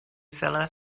seller